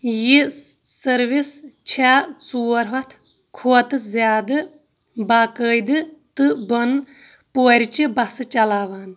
یہِ سروس چھےٚ ژور ہتھ کھۄتہٕ زیادٕ باقٲعدٕ تہٕ بۄن پورچہِ بسہٕ چلاوان